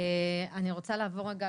אני רוצה לעבור רגע